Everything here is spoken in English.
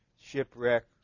Shipwreck